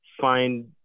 find